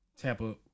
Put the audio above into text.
Tampa